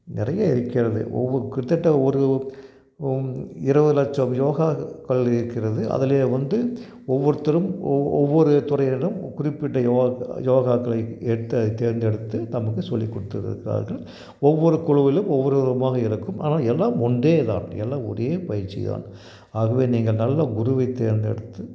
நிறைய இருக்கிறது ஒவ்வொ கிட்டத்தட்ட ஒரு ஓம் இருபது லச்சம் யோகாக்கள் இருக்கிறது அதுல வந்து ஒவ்வொருத்தரும் ஒவ் ஒவ்வொரு துறை இடம் குறிப்பிட்ட யோக்க யோகாக்களை எடுத்த தேர்ந்தெடுத்து தமக்கு சொல்லி கொடுத்து இருக்கிறார்கள் ஒவ்வொரு குழுவிலும் ஒவ்வொரு விதமாக இருக்கும் ஆனால் எல்லாம் ஒன்றே தான் எல்லாம் ஒரே பயிற்சி தான் ஆகவே நீங்கள் நல்ல குருவை தேர்ந்தெடுத்து